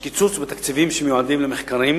יש קיצוץ בתקציבים שמיועדים למחקרים,